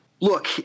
Look